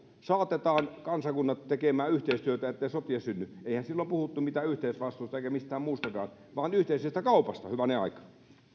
saatetaan kansakunnat tekemään yhteistyötä ettei sotia synny eihän silloin puhuttu mitään yhteisvastuusta eikä mistään muustakaan vaan yhteisestä kaupasta hyvänen aika